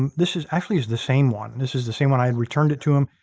and this is actually is the same one. this is the same one. i had returned it to him.